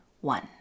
one